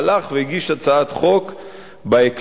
הלך והגיש הצעת חוק בהקשר,